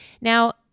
Now